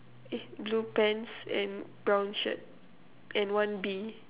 eh blue pants and brown shirt and one B